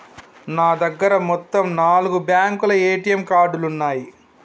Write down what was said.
నా దగ్గర మొత్తం నాలుగు బ్యేంకుల ఏటీఎం కార్డులున్నయ్యి